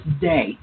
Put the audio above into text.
day